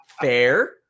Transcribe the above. fair